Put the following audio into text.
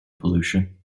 pollution